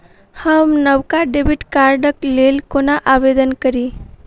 हम नवका डेबिट कार्डक लेल कोना आवेदन करी?